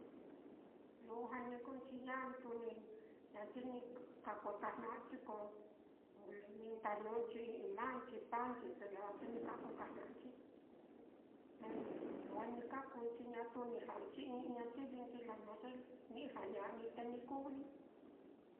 Lujua ni kuunchi ñatu ni ni ka kueka jna'anchi ko, ni ndajnu'unchi i'i maánchi, paánchi, te laa te ni ka kueka jna'anchi, lu-lujua ni ka kuunchi ñatu ni ja'anchi i'i ñayivinchi laa naá, ni ijñaña'ai te ni kuu ní.